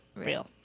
real